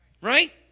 Right